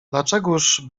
dlaczegóż